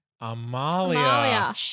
Amalia